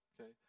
okay